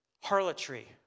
Harlotry